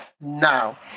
Now